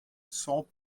sans